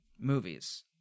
movies